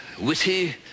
witty